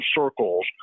circles